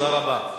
תודה רבה.